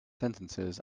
sentences